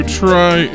try